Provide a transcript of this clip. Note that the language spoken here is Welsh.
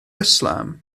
islam